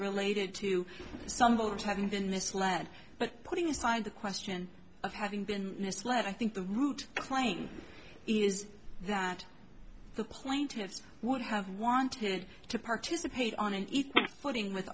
related to some voters having been misled but putting aside the question of having been misled i think the root claim is that the plaintiffs would have wanted to participate on an equal footing with